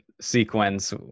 sequence